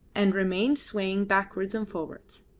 and remained swaying backwards and forwards.